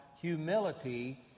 humility